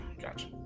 gotcha